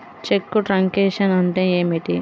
చెక్కు truncation అంటే ఏమిటి?